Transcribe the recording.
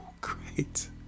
great